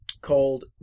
called